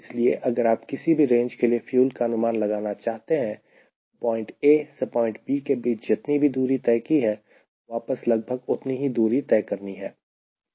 इसलिए अगर आप किसी भी रेंज के लिए फ्यूल का अनुमान लगाना चाहते हैं तो पॉइंट A से पॉइंट B के बीच जितनी भी दूरी तय की है वापस लगभग उतनी ही दूरी तय करनी है